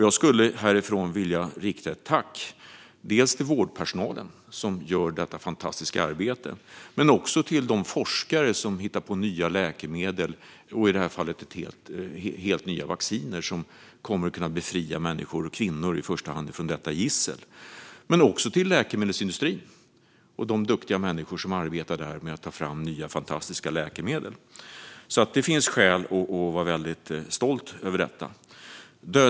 Jag skulle därför vilja rikta ett tack dels till vårdpersonalen som gör detta fantastiska arbete, dels till de forskare som hittar på nya läkemedel och i det här fallet helt nya vaccin som kommer att kunna befria i första hand kvinnor från detta gissel. Jag vill också tacka läkemedelsindustrin och de duktiga människor som arbetar där med att ta fram nya, fantastiska läkemedel. Det finns alltså skäl att vara väldigt stolt över detta.